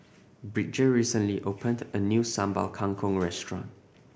Bridger recently opened a new Sambal Kangkong restaurant